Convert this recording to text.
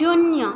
शून्य